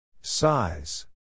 Size